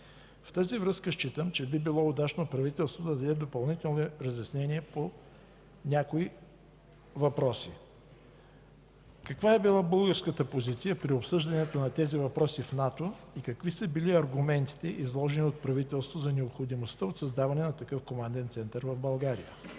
В тази връзка считам, че би било удачно правителството да даде допълнителни разяснения по някои въпроси: Каква е била българската позиция при обсъждането на тези въпроси в НАТО и какви са били аргументите, изложени от правителството за необходимостта от създаването на такъв команден център в България,